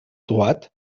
droite